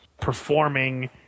performing